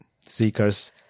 seekers